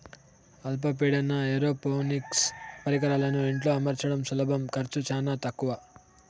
అల్ప పీడన ఏరోపోనిక్స్ పరికరాలను ఇంట్లో అమర్చడం సులభం ఖర్చు చానా తక్కవ